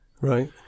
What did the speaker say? Right